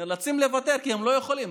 הם נאלצים לוותר כי הם לא יכולים,